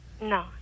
No